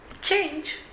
change